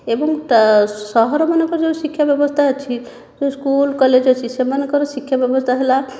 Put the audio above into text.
ଏବଂ ସହରମାନଙ୍କରେ ଯେଉଁ ଶିକ୍ଷାବ୍ୟବସ୍ଥା ଅଛି ଯେଉଁ ସ୍କୁଲ୍ କଲେଜ୍ ଅଛି ସେମାନଙ୍କର ଶିକ୍ଷାବ୍ୟବସ୍ଥା ହେଲା